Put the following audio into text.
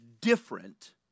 different